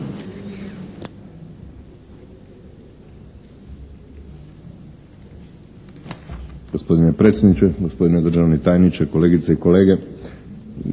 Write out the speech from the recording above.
Hvala vam